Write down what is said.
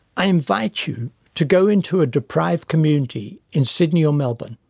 i invite you to go into a deprived community in sydney or melbourne,